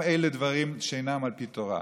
גם אלה דברים שאינם על פי תורה.